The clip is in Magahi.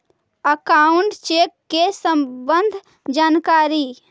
अकाउंट चेक के सम्बन्ध जानकारी?